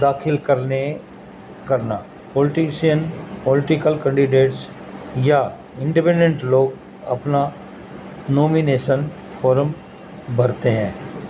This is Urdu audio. داخل کرنے کرنا پولیٹیشین پولیٹیکل کنڈیڈیٹس یا انڈپڈنٹ لوگ اپنا نومیینیشن فارم بھرتے ہیں